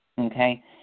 Okay